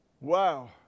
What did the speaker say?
Wow